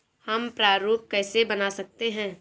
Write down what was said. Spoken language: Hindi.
हम प्रारूप कैसे बना सकते हैं?